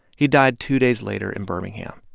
he died two days later in birmingham.